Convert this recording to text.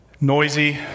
Noisy